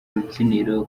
rubyiniro